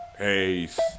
Peace